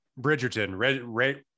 Bridgerton